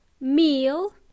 meal